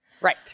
Right